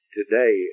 today